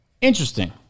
Interesting